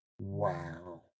wow